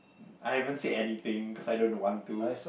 I haven't said anything cause I don't want to